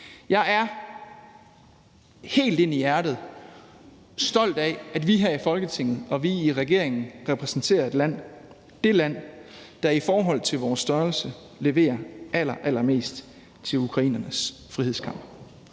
Jeg er helt ind i hjertet stolt af, at vi her i Folketinget og vi i regeringen repræsenterer det land, der i forhold til vores størrelse leverer allerallermest til ukrainernes frihedskamp.